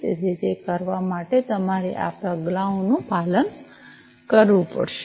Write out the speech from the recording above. તેથી તે કરવા માટે તમારે આ પગલાંઓનું પાલન કરવું પડશે